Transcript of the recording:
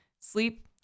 sleep